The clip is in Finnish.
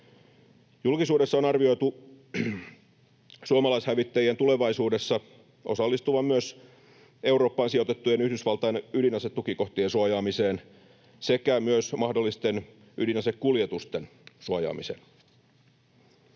Julkisuudessa on arvioitu suomalaishävittäjien tulevaisuudessa osallistuvan myös Eurooppaan sijoitettujen Yhdysvaltain ydinasetukikohtien suojaamiseen sekä myös mahdollisten ydinasekuljetusten suojaamiseen.